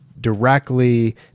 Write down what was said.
directly